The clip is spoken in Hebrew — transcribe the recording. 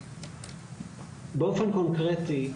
באופן קונקרטי,